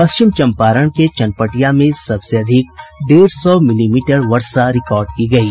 पश्चिम चम्पारण के चनपटिया में सबसे अधिक डेढ़ सौ मिलीमीटर वर्षा रिकॉर्ड की गयी